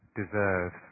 deserve